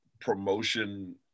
promotion